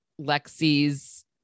Lexi's